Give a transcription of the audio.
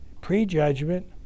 prejudgment